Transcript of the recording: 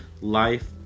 life